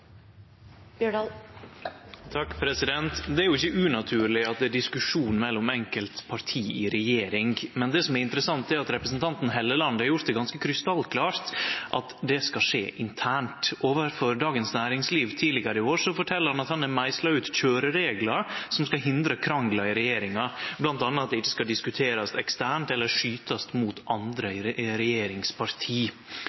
interessant, er at representanten Helleland har gjort det ganske krystallklart at det skal skje internt. Overfor Dagens Næringsliv tidlegare i år fortalde han at han har meisla ut køyrereglar som skal hindre krangel i regjeringa, bl.a. at det ikkje skal diskuterast eksternt eller skytast mot andre